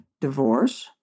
divorce